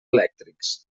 elèctrics